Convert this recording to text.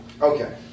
Okay